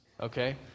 okay